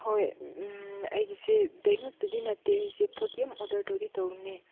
ꯍꯣꯏ ꯑꯩꯒꯤꯁꯦ ꯕꯦꯒꯉꯥꯛꯇꯗꯤ ꯅꯠꯇꯦ ꯑꯩꯁꯦ ꯄꯣꯠ ꯌꯥꯝ ꯑꯣꯗꯔ ꯇꯧꯗꯤ ꯇꯧꯕꯅꯦ